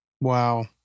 Wow